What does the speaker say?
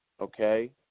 okay